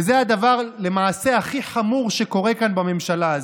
וזה למעשה הדבר הכי חמור שקורה כאן בממשלה הזו,